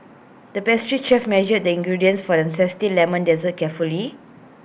the pastry chef measured the ingredients for A Zesty Lemon Dessert carefully